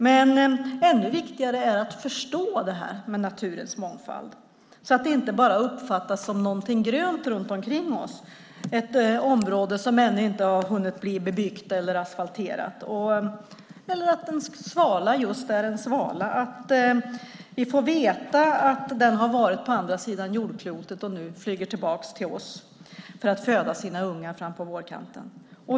Men det är ännu viktigare att förstå detta med naturens mångfald så att den inte bara uppfattas som någonting grönt runt omkring oss, ett område som ännu inte har hunnit bli bebyggt eller asfalterat. Det är roligt att veta att en svala just är en svala och att den har varit på andra sidan jordklotet och nu flyger tillbaka till oss för att föda sina ungar fram på vårkanten.